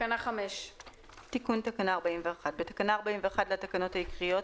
נעבור לתקנה 5. תיקון תקנה 41 5. בתקנה 41 לתקנות העיקריות,